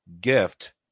gift